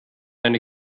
eine